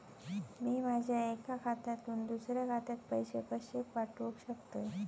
मी माझ्या एक्या खात्यासून दुसऱ्या खात्यात पैसे कशे पाठउक शकतय?